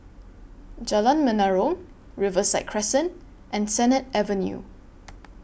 Jalan Menarong Riverside Crescent and Sennett Avenue